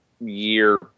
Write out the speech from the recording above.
year